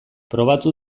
probatu